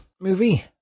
movie